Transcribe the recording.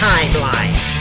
Timeline